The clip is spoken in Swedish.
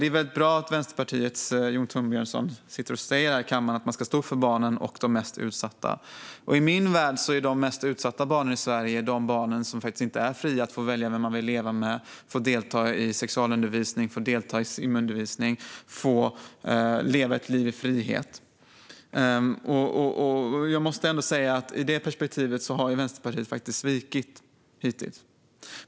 Det är bra att Vänsterpartiets Jon Thorbjörnson säger här i kammaren att man ska stå upp för barnen och de mest utsatta. I min värld är de mest utsatta barnen i Sverige de som faktiskt inte är fria att välja vem de ska leva med, få delta i sexualundervisning och simundervisning och leva ett liv i frihet. Jag måste säga att i det perspektivet har Vänsterpartiet faktiskt svikit hittills.